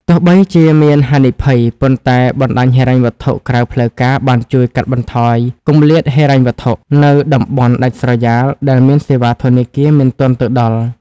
ទោះបីជាមានហានិភ័យ ប៉ុន្តែបណ្ដាញហិរញ្ញវត្ថុក្រៅផ្លូវការបានជួយកាត់បន្ថយ "គម្លាតហិរញ្ញវត្ថុ" នៅតំបន់ដាច់ស្រយាលដែលសេវាធនាគារមិនទាន់ទៅដល់។